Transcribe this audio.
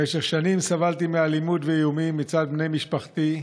במשך שנים סבלתי מאלימות ואיומים מצד בני משפחתי.